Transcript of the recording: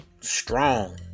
strong